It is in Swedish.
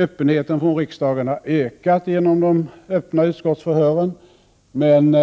Öppenheten från riksdagen har ökat genom de öppna utskottsförhören, men